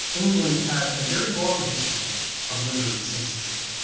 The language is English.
england had a very long history of literary censorship.